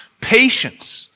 patience